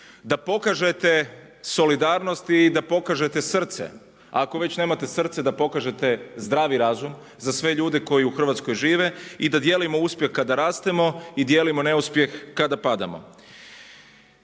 da pokažete solidarnost i da pokažete srce, a ako već nemate srce da pokažete zdravi razum za sve ljude koji u Hrvatskoj žive i da dijelimo uspjeh kada rastemo i dijelimo neuspjeh kada padamo.